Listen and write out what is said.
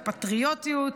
הפטריוטיות,